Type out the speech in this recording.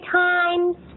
times